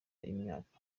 imyaka